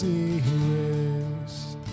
erased